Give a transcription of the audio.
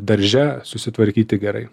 darže susitvarkyti gerai